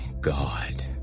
god